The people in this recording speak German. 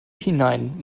hinein